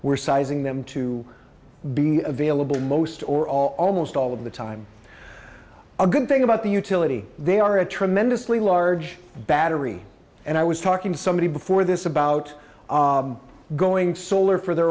we're sizing them to be available most or all almost all of the time a good thing about the utility they are a tremendously large battery and i was talking to somebody before this about going solar for their